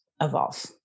evolve